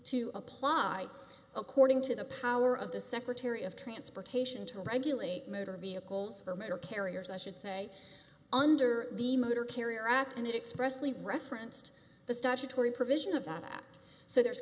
to apply according to the power of the secretary of transportation to regulate motor vehicles for major carriers i should say under the motor carrier act and expressively referenced the statutory provision of that so there's